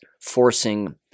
forcing